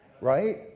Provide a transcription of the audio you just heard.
Right